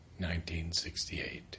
1968